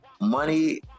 money